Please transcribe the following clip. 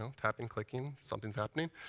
tapping, clicking, something's happening.